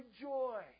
joy